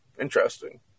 Interesting